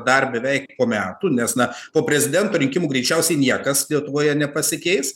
dar beveik po metų nes na po prezidento rinkimų greičiausiai niekas lietuvoje nepasikeis